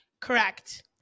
Correct